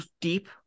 deep